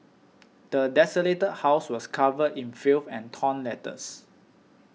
the desolated house was covered in filth and torn letters